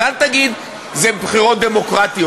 אז אל תגיד שזה בחירות דמוקרטיות.